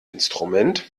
instrument